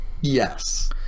yes